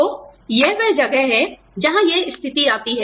तो यह वह जगह है जहां यह स्थिति आती है